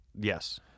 Yes